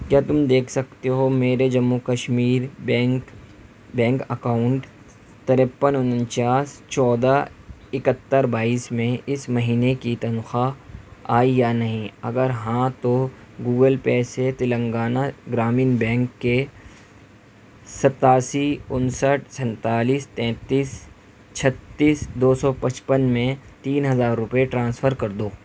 کیا تم دیکھ سکتے ہو میرے Jammu Kashmir bank bank account تریپن اننچاس چودہ اکہتر بائیس میں اس مہینے کی تنخواہ آئی یا نہیں اگر ہاں تو گوگل پے سے تلنگانہ گرامین بینک کے ستاسی انسٹھ سینتالیس تینتس چھتیس دو پچپن میں تین ہزار روپئے ٹرانسفر کر دو